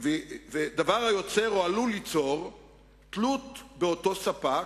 "דבר היוצר או עלול ליצור תלות באותו ספק,